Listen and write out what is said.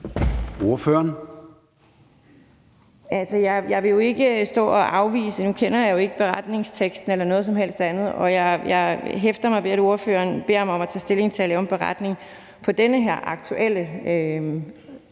Ordføreren. Kl. 10:36 Maria Durhuus (S): Nu kender jeg jo ikke beretningsteksten. Jeg hæfter mig ved, at ordføreren beder mig om at tage stilling til at lave en beretning over den her aktuelle